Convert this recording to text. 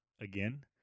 again